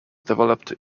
developed